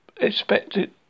expected